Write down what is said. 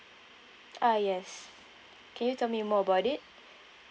uh yes can you tell me more about it